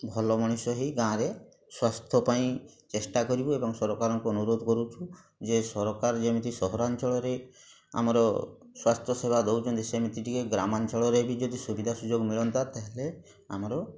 ଭଲ ମଣିଷ ହେଇ ଗାଁରେ ସ୍ଵାସ୍ଥ୍ୟ ପାଇଁ ଚେଷ୍ଟା କରିବୁ ଏବଂ ସରକାରଙ୍କୁ ଅନୁରୋଧ କରୁଛୁ ଯେ ସରକାର ଯେମିତି ସହରାଞ୍ଚଳରେ ଆମର ସ୍ୱାସ୍ଥ୍ୟ ସେବା ଦଉଛନ୍ତି ସେମିତି ଟିକେ ଗ୍ରାମାଞ୍ଚଳରେ ବି ଯଦି ସୁବିଧା ସୁଯୋଗ ମିଳନ୍ତା ତାହେଲେ ଆମର